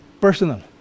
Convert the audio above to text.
personal